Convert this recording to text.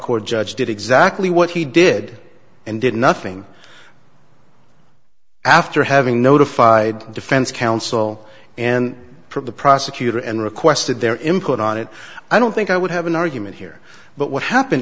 court judge did exactly what he did and did nothing after having notified the defense counsel and from the prosecutor and requested their input on it i don't think i would have an argument here but what happened